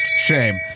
Shame